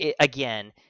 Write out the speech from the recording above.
again